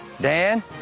Dan